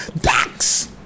Dax